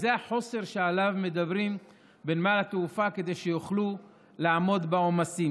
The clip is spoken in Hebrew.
וזה החוסר שעליו מדברים בנמל התעופה כדי שיוכלו לעמוד בעומסים.